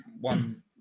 one